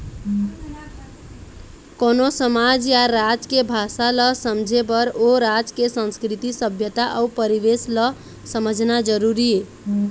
कोनो समाज या राज के भासा ल समझे बर ओ राज के संस्कृति, सभ्यता अउ परिवेस ल समझना जरुरी हे